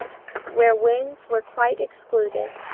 where winds were quite excluded,